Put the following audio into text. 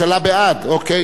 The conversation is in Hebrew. מכובדי השרים,